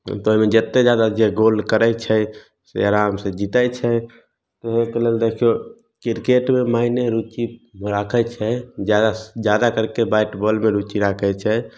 तऽ ओहिमे जेतेक जादा जे गोल करै छै से आराम से जितै छै ओहिके लेल देखियौ क्रिकेटमे मायने रुचि राखै छै जादा जादा करके बैटबाॅलमे रुचि राखै छै